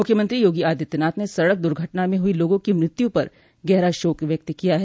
मुख्यमंत्री योगी आदित्यनाथ ने सड़क दुर्घटना में हुई लोगों की मृत्यु पर गहरा शोक व्यक्त किया है